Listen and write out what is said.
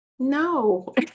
No